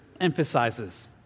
emphasizes